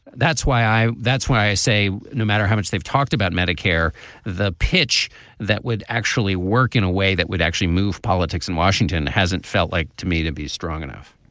that's why i. that's why i say no matter how much they've talked about medicare the pitch that would actually work in a way that would actually move politics in washington hasn't felt like to me to be strong enough